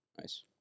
Nice